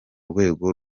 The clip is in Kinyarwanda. rwego